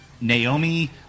Naomi